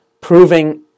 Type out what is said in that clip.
proving